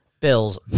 Bills